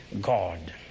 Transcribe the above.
God